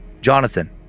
Jonathan